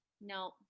no